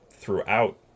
throughout